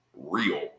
real